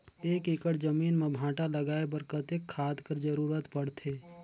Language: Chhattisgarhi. एक एकड़ जमीन म भांटा लगाय बर कतेक खाद कर जरूरत पड़थे?